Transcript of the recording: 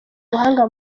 ubuhanga